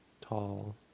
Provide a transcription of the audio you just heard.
tall